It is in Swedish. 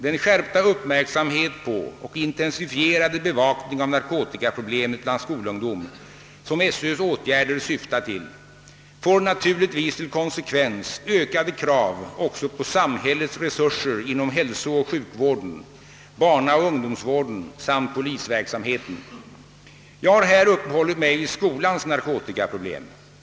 Den skärpta uppmärksamhet på och intensifierade bevakning av narkotikaproblemet bland skolungdom, som skolöverstyrelsens åtgärder syftar till, får naturligtvis till konsekvens ökade krav också på samhällets resurser inom hälsooch sjukvården, barnaoch ungdomsvården samt polisverksamheten. Jag har här uppehållit mig vid skolans narkotikaproblem.